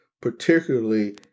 particularly